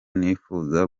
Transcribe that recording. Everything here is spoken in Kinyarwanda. nifuza